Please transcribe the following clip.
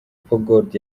gold